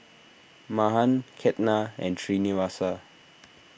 Mahan Ketna and Srinivasa